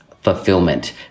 fulfillment